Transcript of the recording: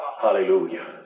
hallelujah